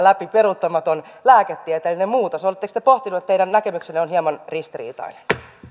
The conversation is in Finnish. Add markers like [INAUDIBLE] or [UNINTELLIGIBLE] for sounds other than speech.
[UNINTELLIGIBLE] läpi peruuttamaton lääketieteellinen muutos oletteko te pohtinut että teidän näkemyksenne on hieman ristiriitainen